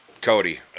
Cody